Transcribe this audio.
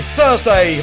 Thursday